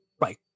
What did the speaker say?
right